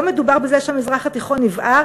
לא מדובר בזה שהמזרח התיכון יבער,